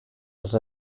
els